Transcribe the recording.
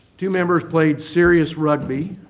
two members played serious rugby.